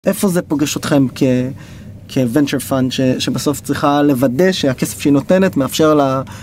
איפה זה פוגש אתכם כוונצ'ר פאנד שבסוף צריכה לוודא שהכסף שהיא נותנת מאפשר לה...